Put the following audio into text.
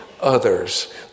others